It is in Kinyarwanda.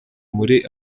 muri